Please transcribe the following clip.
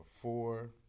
Four